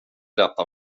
detta